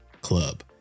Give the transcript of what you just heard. Club